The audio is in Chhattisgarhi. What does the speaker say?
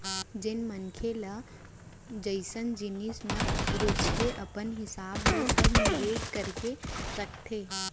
जेन मनसे ल जइसन जिनिस म रुचगे अपन हिसाब ले सब निवेस करके रखथे